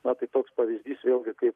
na tai toks pavyzdys vėlgi kaip